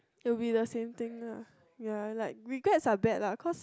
you'll be the same thing lah ya like regrets are bad lah cause